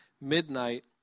midnight